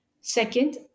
Second